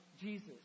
Jesus